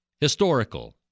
historical